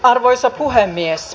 arvoisa puhemies